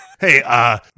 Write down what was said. Hey